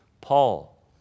Paul